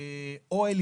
אוהל,